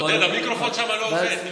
עודד, המיקרופון שם לא עובד.